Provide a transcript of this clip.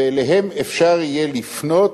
ואליהם אפשר יהיה לפנות